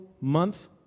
month